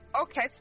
okay